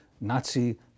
Nazi